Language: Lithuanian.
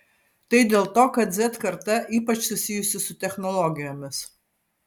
tai dėl to kad z karta ypač susijusi su technologijomis